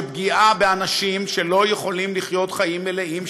של פגיעה באנשים שלא יכולים לחיות חיים מלאים,